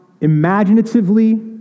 imaginatively